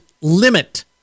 limit